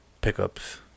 pickups